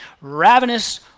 ravenous